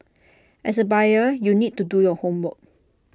as A buyer you need to do your homework